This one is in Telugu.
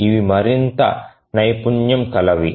ఇవి మరింత నైపుణ్యం కలవి